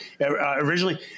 Originally